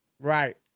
right